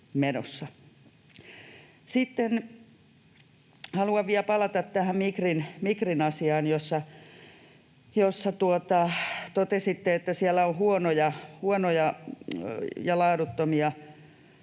Sitten haluan vielä palata tähän Migrin asiaan, kun totesitte, että siellä on huonoja ja laaduttomia